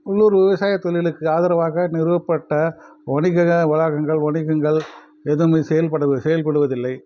உள்ளூர் விவசாய தொழிலுக்கு ஆதரவாக நிறுவப்பட்ட வணிக வளாகங்கள் வணிகங்கள் எதுவுமே செயல்பட வி செயல்படுவதில்லை